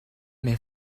may